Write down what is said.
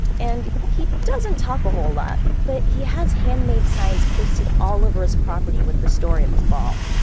and he doesn't talk a whole lot, but he has handmade signs posted all over his property with the story of his ball.